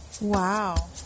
Wow